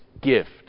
gift